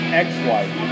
ex-wife